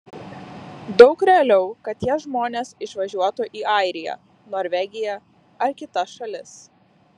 daug realiau kad tie žmonės išvažiuotų į airiją norvegiją ar kitas šalis